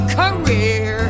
career